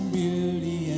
beauty